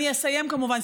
אני אסיים, כמובן.